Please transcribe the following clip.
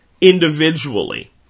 individually